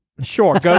Sure